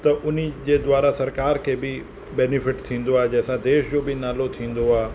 त उनी जे द्वारा सरकार खे बि बेनेफिट थींदो आहे जंहिंसां देश जो बि नालो थींदो आहे